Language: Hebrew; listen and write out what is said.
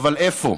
אבל איפה?